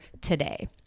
today